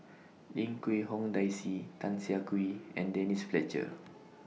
Lim Quee Hong Daisy Tan Siah Kwee and Denise Fletcher